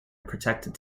protected